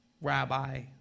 rabbi